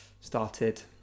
started